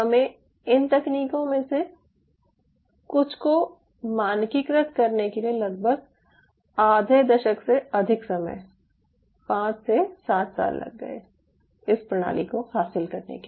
हमे इन तकनीकों में से कुछ को मानकीकृत करने के लिए लगभग आधे दशक से अधिक समय 5 से 7 साल लग गए इस प्रणाली को हासिल करने के लिए